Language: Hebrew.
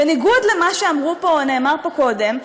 בניגוד למה שנאמר פה קודם,